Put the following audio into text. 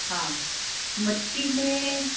हा मच्छी में